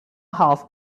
half